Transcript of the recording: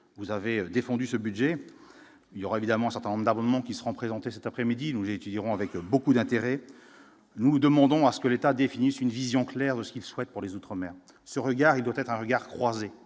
vous avez défendu ce budget, il y aura évidemment un certain nombre d'abonnements qui seront présentés cet après-midi, nous étudierons avec beaucoup d'intérêt, nous demandons à ce que l'État définisse une vision claire de ce qu'il souhaite pour les Outre-mer ce regard, il doit être un regard croisé